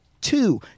two